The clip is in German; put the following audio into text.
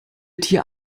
tier